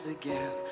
again